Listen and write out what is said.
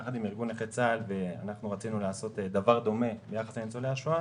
יחד עם ארגון נכי צה"ל רצינו לעשות דבר דומה ביחס לניצולי השואה,